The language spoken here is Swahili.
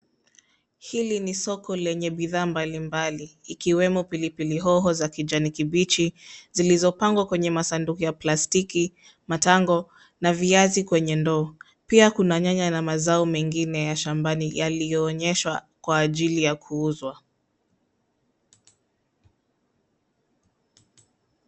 Hili ni soko lenye bidhaa mbalimbali, ikiwemo pilipili hoho za kijani kibichi zilizopangwa kwenye masanduku ya plastiki, matango na viazi kwenye ndoo. Pia kuna nyanya na mazao mengine ya shambani yaliyoonyeshwa kwa ajili ya kuuzwa.